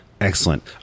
Excellent